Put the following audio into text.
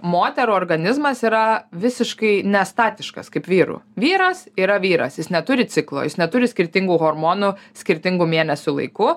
moterų organizmas yra visiškai nestatiškas kaip vyrų vyras yra vyras jis neturi ciklo jis neturi skirtingų hormonų skirtingu mėnesiu laiku